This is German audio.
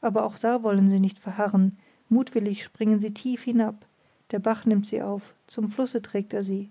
aber auch da wollen sie nicht verharren mutwillig springen sie tief hinab der bach nimmt sie auf zum flusse trägt er sie